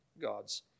God's